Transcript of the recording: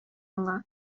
аңа